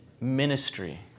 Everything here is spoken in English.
ministry